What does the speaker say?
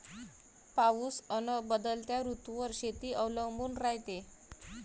पाऊस अन बदलत्या ऋतूवर शेती अवलंबून रायते